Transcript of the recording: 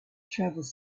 travels